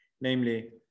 namely